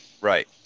Right